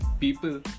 people